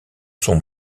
son